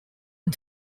and